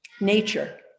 nature